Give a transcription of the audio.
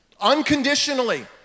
unconditionally